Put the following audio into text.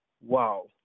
Wow